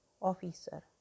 Officer